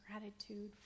gratitude